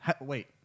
Wait